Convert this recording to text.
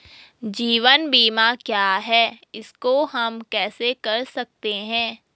जीवन बीमा क्या है इसको हम कैसे कर सकते हैं?